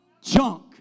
junk